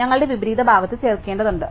ഞങ്ങളുടെ വിപരീത ഭാഗത്ത് ചേർക്കേണ്ടതുണ്ട്